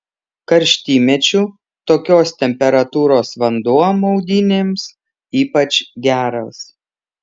karštymečiu tokios temperatūros vanduo maudynėms ypač geras